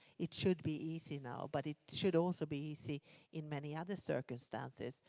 it should be easy now, but it should also be easy in many other circumstances.